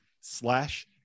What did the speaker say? slash